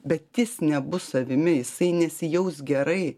bet jis nebus savimi jisai nesijaus gerai